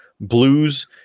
blues